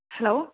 hello